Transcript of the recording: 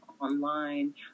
online